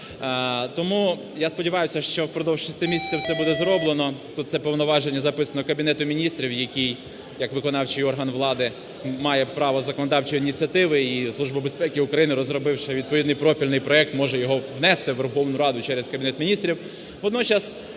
Тому, я сподіваюся, що впродовж шести місяців це буде зроблено, це повноваження записано Кабінету Міністрів, який як виконавчий орган влади має право законодавчої ініціативи, і Служба безпеки України, розробивши відповідний профільний проект, може його внести в Верховну Раду через Кабінет Міністрів.